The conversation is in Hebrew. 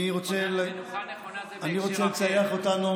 שלוש דקות לרשותך.